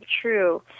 true